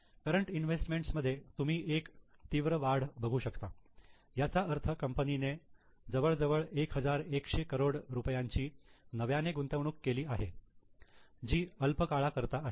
current investments मध्ये तुम्ही एक तीव्र वाढ बघू शकता याचा अर्थ कंपनीने जवळ जवळ 1100 करोड रुपयांची नव्याने गुंतवणूक केली आहे जी अल्प काळा करता आहे